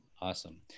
Awesome